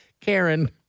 Karen